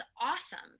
awesome